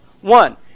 One